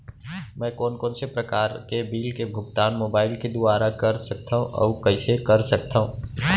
मैं कोन कोन से प्रकार के बिल के भुगतान मोबाईल के दुवारा कर सकथव अऊ कइसे कर सकथव?